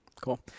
cool